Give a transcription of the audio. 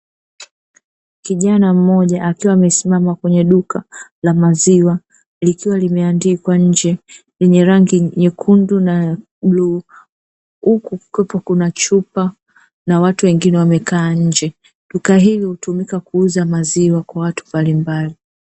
Kijana mmoja akiwa amesimama kwenye duka la maziwa, likiwa limeandikwa nje, lenye rangi nyekundu na bluu, huku kikiwepo kuna chupa na watu wengine wamekaa nje. Duka hili hutumika kuuza maziwa kwa watu mbalimbali